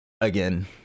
again